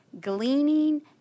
gleaning